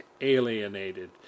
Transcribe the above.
alienated